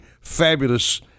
fabulous